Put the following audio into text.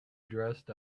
dressed